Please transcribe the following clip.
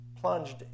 plunged